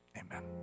Amen